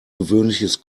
gewöhnliches